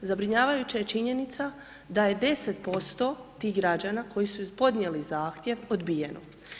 Zabrinjavajuća je činjenica da je 10% tih građana koji su podnijeli zahtjev odbijeno.